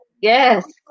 Yes